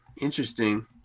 Interesting